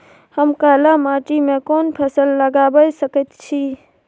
हम काला माटी में कोन फसल लगाबै सकेत छी?